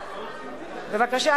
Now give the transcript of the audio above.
בבקשה,